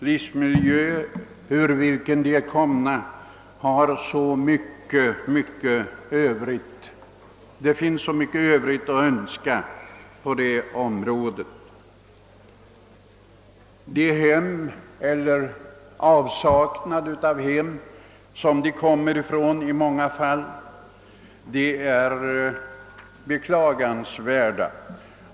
Det finns så mycket övrigt att önska i fråga om den miljö de kommer ifrån. De är beklagansvärda på grund av dålig hemmiljö eller avsaknanden av hem.